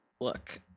Look